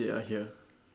they are here